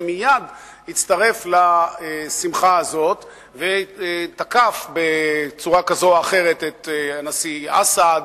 שמייד הצטרף לשמחה הזו ותקף בצורה כזו או אחרת את הנשיא אסד,